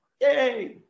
Yay